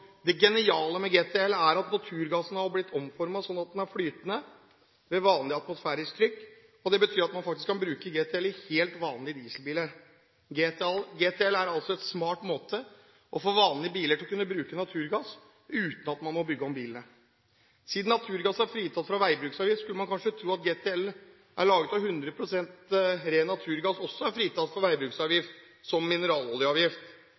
Det geniale med GTL er at naturgassen har blitt omformet, sånn at den er flytende ved vanlig atmosfærisk trykk. Det betyr at man kan bruke GTL i helt vanlige dieselbiler. GTL er altså en smart måte å få vanlige bilister til å bruke naturgass på – uten at man må bygge om bilene. Siden naturgass er fritatt fra veibruksavgift, skulle man kanskje tro at GTL, som er laget av 100 pst. ren naturgass, også er fritatt for veibruksavgift, som f.eks. mineraloljeavgift.